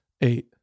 Eight